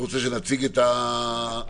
אם